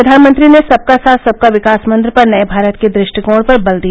प्रधानमंत्री ने सबका साथ सबका विकास मंत्र पर नये भारत के दृष्टिकोण पर बल दिया